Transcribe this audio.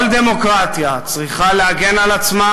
כל דמוקרטיה צריכה להגן על עצמה,